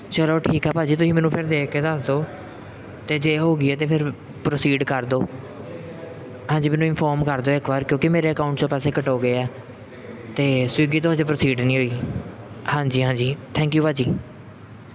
ਚਲੋ ਠੀਕ ਆ ਭਾਅ ਜੀ ਤੁਸੀਂ ਮੈਨੂੰ ਫਿਰ ਦੇਖ ਕੇ ਦੱਸ ਦੋ ਤੇ ਜੇ ਹੋ ਗਈ ਐ ਤੇ ਫਿਰ ਪ੍ਰੋਸੀਡ ਕਰ ਦਿਓ ਹਾਂਜੀ ਮੈਨੂੰ ਇਨਫੋਰਮ ਕਰ ਦਿਓ ਇੱਕ ਵਾਰ ਕਿਉਂਕਿ ਮੇਰੇ ਅਕਾਊਂਟ 'ਚੋਂ ਪੈਸੇ ਕੱਟ ਹੋ ਗਏ ਹੈ ਅਤੇ ਸਵੀਗੀ ਤੋਂ ਹਜੇ ਪ੍ਰੋਸੀਡ ਨਹੀਂ ਹੋਈ ਹਾਂਜੀ ਹਾਂਜੀ ਥੈਂਕ ਯੂ ਭਾਅ ਜੀ